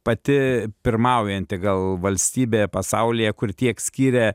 pati pirmaujanti gal valstybė pasaulyje kur tiek skiria